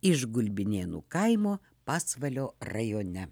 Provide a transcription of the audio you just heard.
iš gulbinėnų kaimo pasvalio rajone